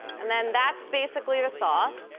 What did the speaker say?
and then that's basically the sauce.